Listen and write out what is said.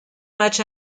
match